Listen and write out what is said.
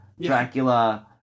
Dracula